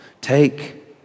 take